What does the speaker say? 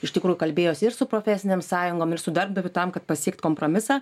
iš tikrųjų kalbėjosi ir su profesinėm sąjungom ir su darbdaviu tam kad pasiekt kompromisą